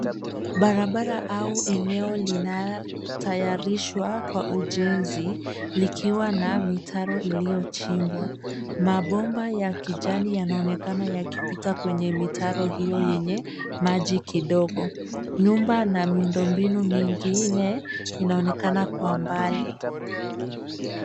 Barabara au eneo linatayarishwa kwa ujenzi likiwa na mitaro iliyochimbwa. Mabomba ya kijani yanaonekana yakipita kwenye mitaro hiyo yenye maji kidogo. Nyumba na miundombinu nyingine inaonekana kwa umbali